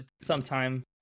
Sometime